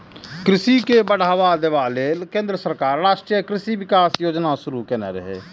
कृषि के बढ़ावा देबा लेल केंद्र सरकार राष्ट्रीय कृषि विकास योजना शुरू केने रहै